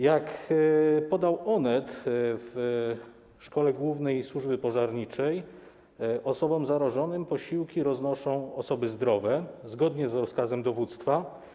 Jak podał Onet, w Szkole Głównej Służby Pożarniczej osobom zarażonym posiłki roznoszą osoby zdrowe, zgodnie z rozkazem dowództwa.